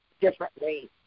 differently